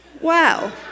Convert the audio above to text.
Wow